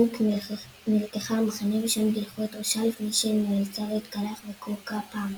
מלניק נלקחה למחנה שם גילחו את ראשה לפני שנאלצה להתקלח וקועקעה פעמיים.